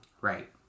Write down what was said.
Right